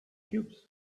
cubes